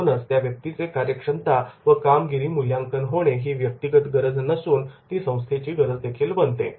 म्हणूनच त्या व्यक्तीचे कार्यक्षमता व कामगिरी मूल्यांकन होणे ही व्यक्तिगत गरज नसून ती संस्थेची गरज देखील बनते